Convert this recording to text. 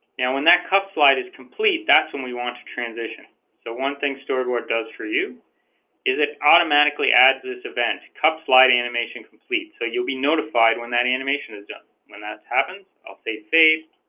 now when that cup slide is complete that's when we want to transition so one thing stored what it does for you is it automatically adds this event cup slide animation complete so you'll be notified when that animation is done when that's happens i'll save save